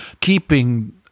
keeping